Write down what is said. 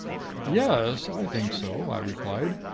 yes, i think so, i replied.